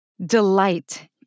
delight